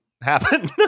happen